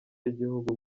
y’igihugu